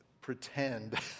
pretend